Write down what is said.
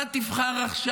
מה תבחר עכשיו?